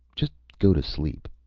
just go to sleep.